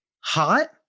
hot